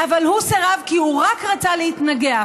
אבל הוא סירב, כי הוא רצה רק להתנגח.